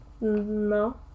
No